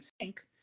sink